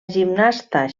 gimnasta